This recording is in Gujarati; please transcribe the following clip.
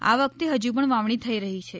આ વખતે ફજુ પણ વાવણી થઈ રહી છે